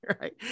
right